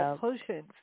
potions